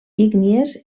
ígnies